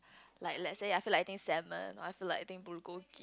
like let's say I feel like eating salmon or I feel like eating bulgogi